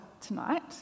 tonight